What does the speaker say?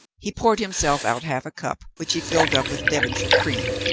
he poured himself out half a cup, which he filled up with devonshire cream.